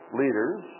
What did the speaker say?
leaders